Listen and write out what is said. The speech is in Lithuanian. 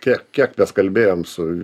kiek kiek mes kalbėjom su